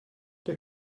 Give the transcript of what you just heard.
der